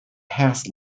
pass